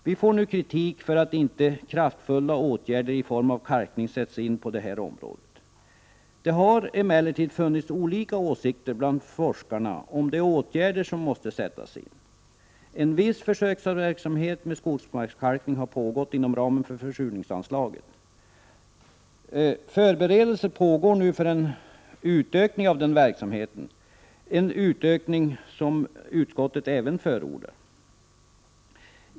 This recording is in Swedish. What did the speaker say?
Vi får nu kritik för att kraftfulla åtgärder i form av kalkning inte sätts in på det här området. Det har emellertid funnits olika åsikter bland forskarna om de åtgärder som måste sättas in. En viss försöksverksamhet med skogsmarkskalkning har pågått inom ramen för försurningsanslaget. Förberedelser pågår nu för en utökning av den verksamheten — en utökning som även utskottet förordar.